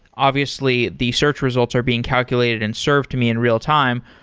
obviously the search results are being calculated and served to me in real-time,